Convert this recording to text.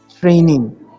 training